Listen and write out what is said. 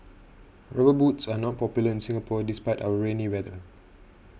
rubber boots are not popular in Singapore despite our rainy weather